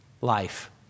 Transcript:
life